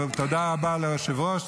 תודה רבה ליושב-ראש,